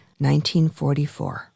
1944. ¶¶